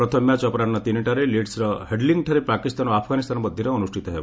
ପ୍ରଥମ ମ୍ୟାଚ୍ ଅପରାହ୍ନ ତିନିଟାରେ ଲିଡ୍ସ୍ର ହେଙିଲେଠାରେ ପାକିସ୍ତାନ ଓ ଆଫଗାନିସ୍ଥାନ ମଧ୍ୟରେ ଅନୁଷ୍ଠିତ ହେବ